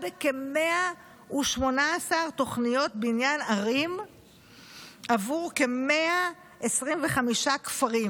בכ-118 תוכניות בניין ערים עבור כ-125 כפרים.